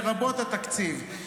לרבות על התקציב,